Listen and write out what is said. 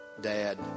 Dad